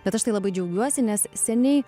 bet aš tai labai džiaugiuosi nes seniai